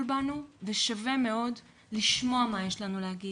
בנו ושווה מאוד לשמוע מה יש לנו להגיד.